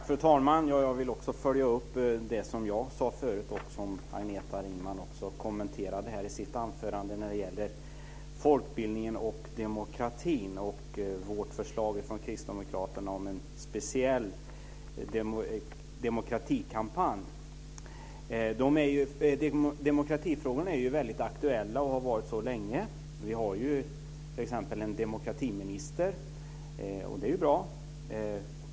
Fru talman! Jag vill följa upp det som jag tidigare sade och som Agneta Ringman kommenterade i sitt anförande när det gäller folkbildningen och demokratin och förslaget från kristdemokraterna om en speciell demokratikampanj. Demokratifrågorna är väldigt aktuella och har varit så länge. Vi har t.ex. en demokratiminister, vilket är bra.